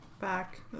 back